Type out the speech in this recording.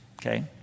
okay